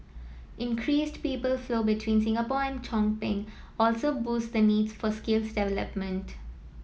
increased people flow between Singapore and also boost the needs for skills development